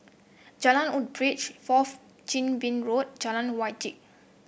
Jalan Woodbridge Fourth Chin Bee Road Jalan Wajek